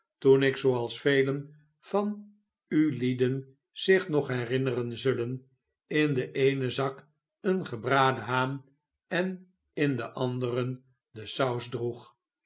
toen ik zooals velen van ulieden zich nog herinneren zullen in den eenen zak een gebraden haan en in den anderen de saus droeg